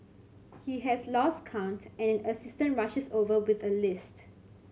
he has lost count and an assistant rushes over with a list